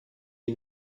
die